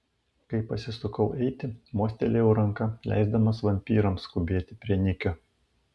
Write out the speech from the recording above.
kai pasisukau eiti mostelėjau ranka leisdamas vampyrams skubėti prie nikio